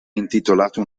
intitolato